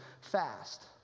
fast